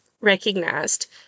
recognized